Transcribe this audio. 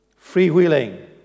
freewheeling